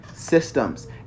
Systems